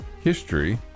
history